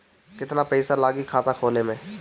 केतना पइसा लागी खाता खोले में?